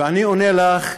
ואני עונה לך,